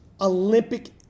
Olympic